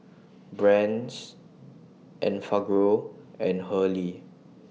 Brand's Enfagrow and Hurley